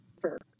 first